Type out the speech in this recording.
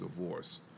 divorce